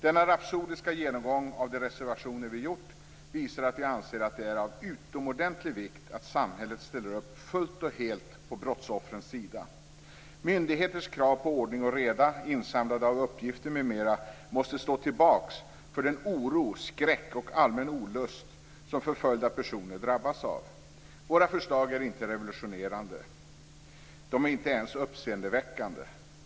Denna rapsodiska genomgång av våra reservationer visar att vi anser att det är av utomordentlig vikt att samhället ställer upp fullt och helt på brottsoffrens sida. Myndigheters krav på ordning och reda, insamlande av uppgifter m.m. måste stå tillbaka för den oro, skräck och allmänna olust som förföljda personer drabbas av. Våra förslag är inte revolutionerande. De är inte ens uppseendeväckande.